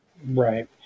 right